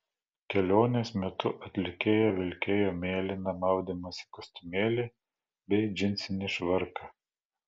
kelionės metu atlikėja vilkėjo mėlyną maudymosi kostiumėlį bei džinsinį švarką